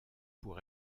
pour